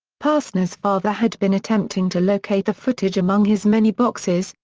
pastner's father had been attempting to locate the footage among his many boxes,